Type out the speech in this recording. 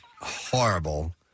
horrible